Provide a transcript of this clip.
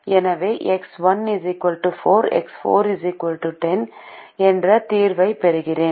எனவே x 1 4 x 4 10 என்ற தீர்வைப் பெறுகிறேன்